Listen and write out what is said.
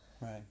Right